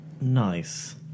nice